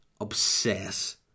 obsess